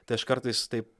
tai aš kartais taip